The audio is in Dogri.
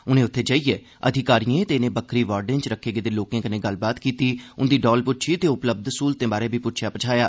उनें उत्थें जाइयै अधिकारिएं ते इने बक्खरी बार्डे च रखे गेदे लोकें कन्नै गल्लबात कीती उन्दी डौल पुच्छी ते उपलब्ध सुविधाएं बारै बी पुच्छेआ पुछाया